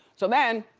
so then,